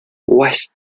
west